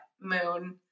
moon